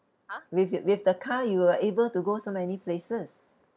with with the car you were able to go so many places